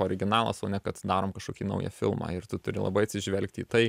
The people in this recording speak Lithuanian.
originalas o ne kad darom kažkokį naują filmą ir tu turi labai atsižvelgti į tai